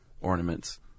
ornaments